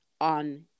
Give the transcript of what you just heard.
on